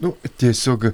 nu tiesiog